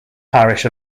parish